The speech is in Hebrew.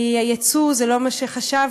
כי היצוא הוא לא מה שחשבנו,